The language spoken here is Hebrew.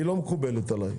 היא לא מקובלת עלי.